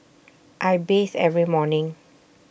I bathe every morning